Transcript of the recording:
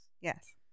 Yes